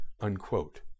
unquote